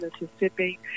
Mississippi